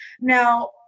now